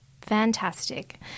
fantastic